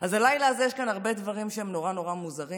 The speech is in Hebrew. אז הלילה הזה יש כאן הרבה דברים נורא נורא מוזרים